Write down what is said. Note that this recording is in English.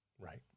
Right